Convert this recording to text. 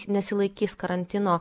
nesilaikys karantino